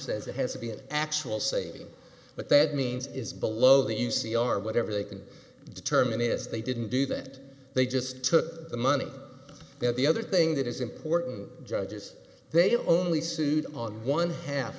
says it has to be an actual saying but that means is below the u c r whatever they can determine is they didn't do that they just took the money that the other thing that is important judges they have only sued on one half